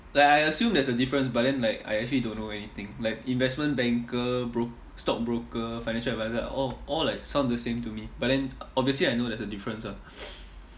like I assume there's a difference but then like I actually don't know anything like investment banker broke~ stock broker financial advisor are all all like sound the same to me but then obviously I know there's a difference ah